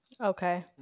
Okay